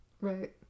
Right